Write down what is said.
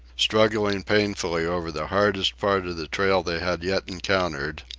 struggling painfully over the hardest part of the trail they had yet encountered,